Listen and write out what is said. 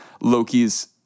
Loki's